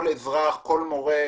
כל מורה,